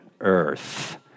earth